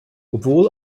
obwohl